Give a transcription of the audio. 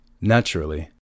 Naturally